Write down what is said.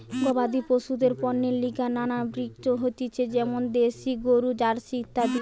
গবাদি পশুদের পণ্যের লিগে নানান ব্রিড হতিছে যেমন দ্যাশি গরু, জার্সি ইত্যাদি